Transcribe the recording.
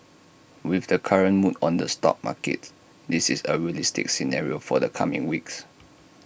with the current mood on the stock markets this is A realistic scenario for the coming weeks